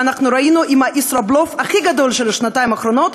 ואנחנו ראינו את הישראבלוף הכי גדול של השנתיים האחרונות,